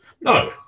No